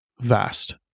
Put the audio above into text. vast